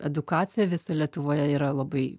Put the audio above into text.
edukacija visa lietuvoje yra labai